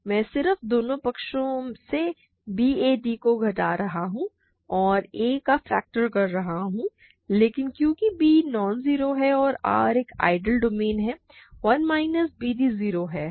मैं सिर्फ दोनों पक्षों से b a d को घटा रहा हूँ और a का फैक्टर कर रहा हूँ लेकिन क्योंकि b नॉन जीरो है और R एक इंटीग्रल डोमेन है 1 माइनस bd जीरो है